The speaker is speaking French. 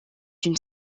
une